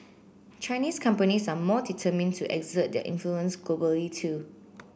Chinese companies are more determined to exert their influence globally too